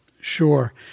sure